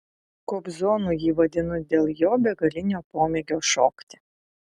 kobzonu jį vadinu dėl jo begalinio pomėgio šokti